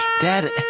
Dad